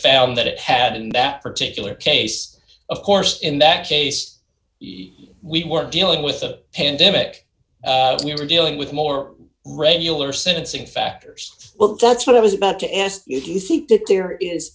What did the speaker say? found that it had in that particular case of course in that case we were dealing with a pandemic and you were dealing with more regular sentencing factors well that's what i was about to ask you do you think that there is